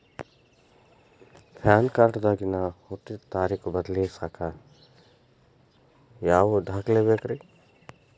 PAN card ದಾಗಿನ ಹುಟ್ಟಿದ ತಾರೇಖು ಬದಲಿಸಾಕ್ ಯಾವ ದಾಖಲೆ ಬೇಕ್ರಿ?